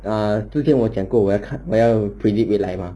err 最近我讲过我要看我要 predict 未来 mah